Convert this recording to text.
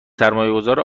سرمایهگذار